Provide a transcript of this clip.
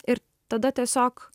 ir tada tiesiog